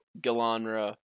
Galanra